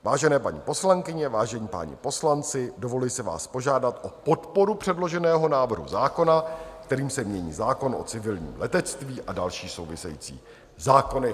Vážené paní poslankyně, vážení páni poslanci, dovoluji si vás požádat o podporu předloženého návrhu zákona, kterým se mění zákon o civilním letectví a další související zákony.